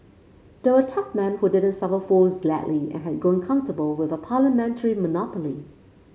they were tough men who didn't suffer fools gladly and had grown comfortable with a parliamentary monopoly